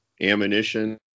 ammunition